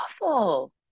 awful